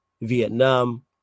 Vietnam